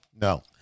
No